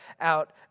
out